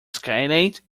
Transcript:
skylight